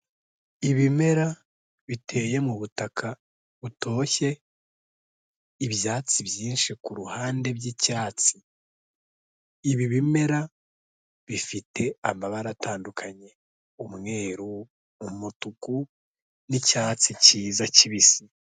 Ibimera biteye mu butaka butoshye, ibyatsi byinshi ku ruhande by'icyatsi, ibi bimera bifite amabara atandukanye, umweru, umutuku, n'icyatsi cyiza kibisi.